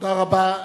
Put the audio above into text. תודה רבה.